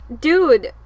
dude